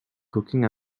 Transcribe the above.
cooking